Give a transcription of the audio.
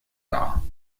dar